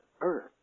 earth